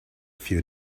few